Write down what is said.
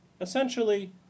essentially